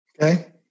Okay